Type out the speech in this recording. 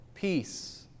Peace